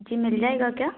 जी मिल जाएगा क्या